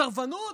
סרבנות?